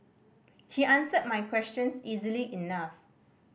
he answered my questions easily enough